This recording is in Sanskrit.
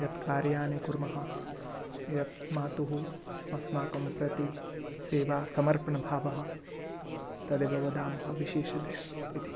यत् कार्याणि कुर्मः यत् मातुः अस्माकं प्रति सेवा समर्पणाभावः तदेव वदामः विशेषतया इति